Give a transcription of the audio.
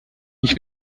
ich